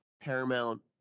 paramount